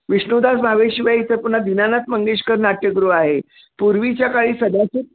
विष्णुदास भावेशिवाय इथं पुन्हा दिनानाथ मंगेशकर नाट्यगृह आहे पूर्वीच्या काळी सगळ्याची